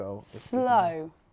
slow